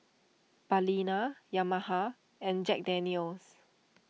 Balina Yamaha and Jack Daniel's